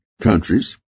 countries